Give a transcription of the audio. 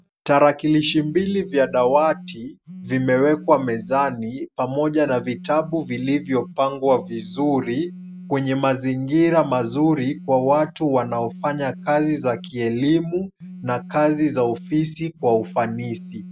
Tarakilishi mbili vya dawati, vimewekwa mezani pamoja na vitabu vilivyopangwa vizuri, kwenye mazingira mazuri kwa watu wanaofanya kazi za kielimu, na kazi za kiofisi kwa ufanisi.